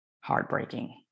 heartbreaking